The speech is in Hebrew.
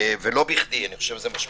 ולא בכדי, אני חושב שזה משמעותי.